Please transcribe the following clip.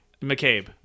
McCabe